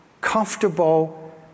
comfortable